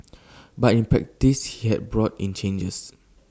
but in practice he has brought in changes